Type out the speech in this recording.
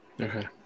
Okay